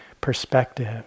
perspective